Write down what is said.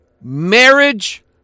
marriage